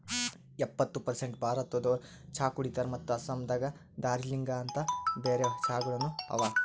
ಎಪ್ಪತ್ತು ಪರ್ಸೇಂಟ್ ಭಾರತದೋರು ಚಹಾ ಕುಡಿತಾರ್ ಮತ್ತ ಆಸ್ಸಾಂ ಮತ್ತ ದಾರ್ಜಿಲಿಂಗ ಅಂತ್ ಬೇರೆ ಚಹಾಗೊಳನು ಅವಾ